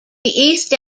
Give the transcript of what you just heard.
east